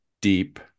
deep